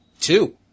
Two